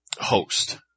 host